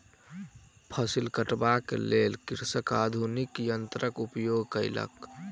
फसिल कटबाक लेल कृषक आधुनिक यन्त्रक उपयोग केलक